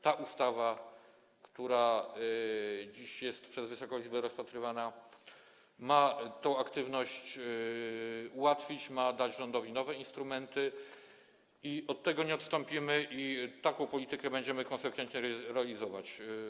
Ta ustawa, która dziś jest rozpatrywana przez Wysoką Izbę, ma tę aktywność ułatwić, ma dać rządowi nowe instrumenty i od tego nie odstąpimy, i taką politykę będziemy konsekwentnie realizować.